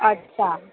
અચ્છા